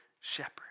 shepherd